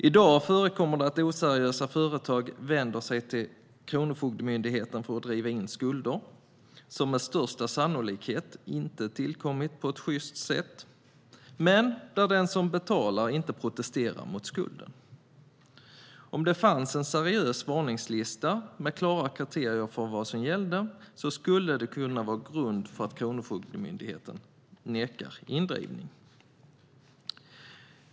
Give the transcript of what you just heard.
I dag förekommer det att oseriösa företag vänder sig till Kronofogdemyndigheten för att driva in skulder som med största sannolikhet inte tillkommit på ett sjyst sätt, men där den som ska betala inte protesterar mot skulden. Om det fanns en seriös varningslista med klara kriterier för vad som gällde så skulle den kunna vara grund för att Kronofogdemyndigheten nekar indrivning.